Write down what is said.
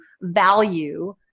value